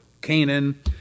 Canaan